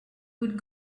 would